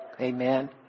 Amen